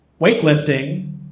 weightlifting